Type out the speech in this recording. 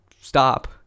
stop